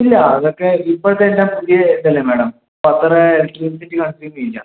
ഇല്ല അതൊക്കെ ഇപ്പോഴത്തെ എല്ലാം പുതിയ ഇതല്ലേ മാഡം അപ്പം അത്ര ഇലക്ട്രിസിറ്റി കൺസ്യും ചെയ്യില്ല